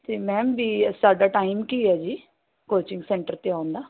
ਅਤੇ ਮੈਮ ਵੀ ਇਹ ਸਾਡਾ ਟਾਈਮ ਕੀ ਹੈ ਜੀ ਕੋਚਿੰਗ ਸੈਂਟਰ 'ਤੇ ਆਉਣ ਦਾ